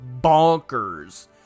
bonkers